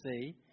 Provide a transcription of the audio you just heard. see